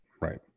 Right